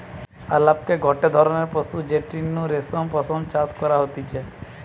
আলাপকে গটে ধরণের পশু যেটির নু রেশম পশম চাষ করা হতিছে